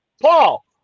Paul